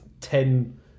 ten